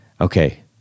Okay